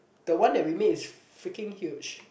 the one that we made is freaking huge